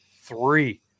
three